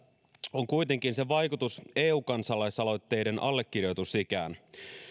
on kuitenkin sen vaikutus eu kansalaisaloitteiden allekirjoitusikään